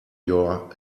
your